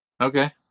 Okay